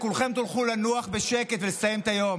שכולכם תוכלו לנוח בשקט ולסיים את היום.